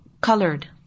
colored